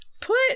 put